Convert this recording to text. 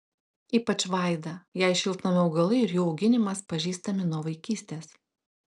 ypač vaida jai šiltnamio augalai ir jų auginimas pažįstami nuo vaikystės